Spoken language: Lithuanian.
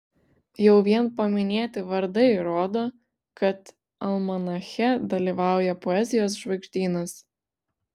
jau vien paminėti vardai rodo kad almanache dalyvauja poezijos žvaigždynas